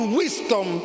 wisdom